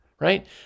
right